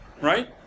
Right